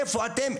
איפה אתם,